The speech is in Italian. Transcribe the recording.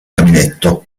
caminetto